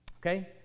okay